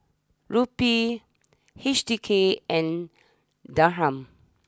Rupee H D K and Dirham